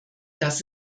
das